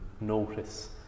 notice